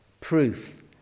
proof